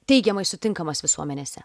teigiamai sutinkamas visuomenėse